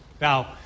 Now